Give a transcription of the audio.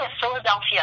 philadelphia